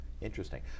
Interesting